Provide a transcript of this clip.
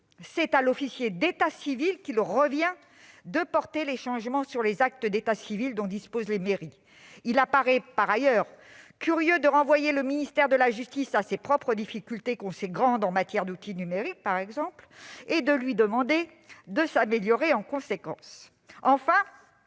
c'est à l'officier d'état civil qu'il revient de porter les changements sur les actes d'état civil dont disposent les mairies. Il paraît curieux, par ailleurs, de renvoyer le ministère de la justice à ses propres difficultés, que l'on sait grandes en matière d'outils numériques, et de lui demander de s'améliorer en conséquence. Enfin,